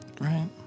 Right